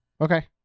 Okay